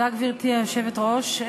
גברתי היושבת-ראש,